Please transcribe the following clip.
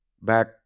back